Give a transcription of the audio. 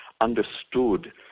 understood